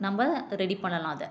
நம்ம ரெடி பண்ணலாம் அதை